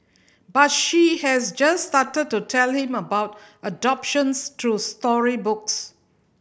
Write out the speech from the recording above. but she has just started to tell him about adoptions through storybooks